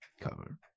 cover